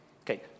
Okay